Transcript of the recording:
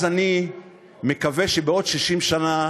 אז אני מקווה שבעוד 60 שנה